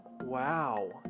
Wow